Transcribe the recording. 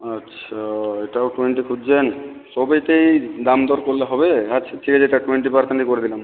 আচ্ছা এটাও টোয়েন্টি খুঁজছেন সবেতেই দাম দর করলে হবে আচ্ছা ঠিক আছে এটা টোয়েন্টি পারসেন্টই করে দিলাম